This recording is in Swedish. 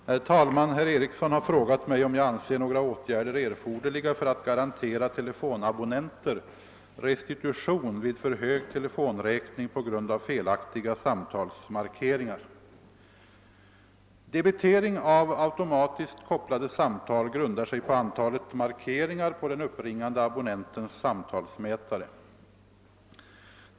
Herr talman! Herr Eriksson i Bäckmora har frågat mig, om jag anser några åtgärder erforderliga för att garantera telefonabonnenter restitution vid för hög telefonräkning på grund av felaktiga samtalsmarkeringar. Debitering av automatiskt kopplade samtal grundar sig på antalet markeringar på den uppringande abonnentens samtalsmätare.